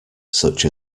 such